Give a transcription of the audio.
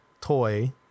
toy